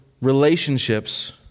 relationships